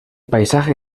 paisaje